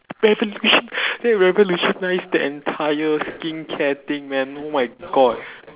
they revolution~ they revolutionised the entire skincare thing man oh my god